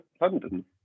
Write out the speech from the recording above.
London